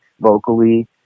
vocally